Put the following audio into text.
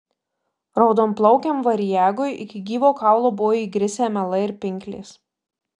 raudonplaukiam variagui iki gyvo kaulo buvo įgrisę melai ir pinklės